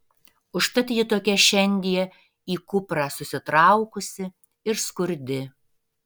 užtat ji tokia šiandie į kuprą susitraukusi ir skurdi